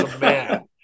man